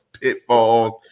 pitfalls